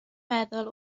meddwl